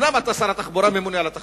אומנם אתה שר התחבורה וממונה על התחבורה,